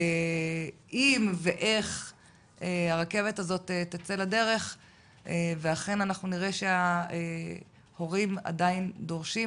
אם הרכבת הזאת תצא לדרך ונראה שההורים עדיין דורשים,